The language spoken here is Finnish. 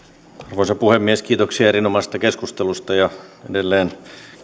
arvoisa puhemies kiitoksia erinomaisesta keskustelusta ja edelleen